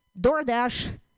DoorDash